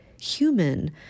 human